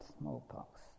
smallpox